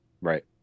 right